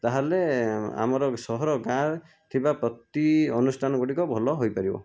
ତାହେଲେ ଆମର ସହର ଗାଁ ରେ ଥିବା ପ୍ରତି ଅନୁଷ୍ଠାନ ଗୁଡ଼ିକ ଭଲ ହୋଇପାରିବ